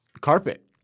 carpet